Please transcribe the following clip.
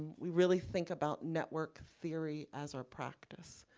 we really think about network theory as our practice.